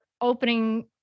opening